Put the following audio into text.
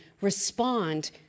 respond